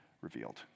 revealed